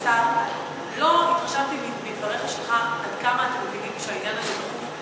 לשר: לא התרשמתי מדבריך שלך עד כמה אתם מבינים שהעניין הזה דחוף.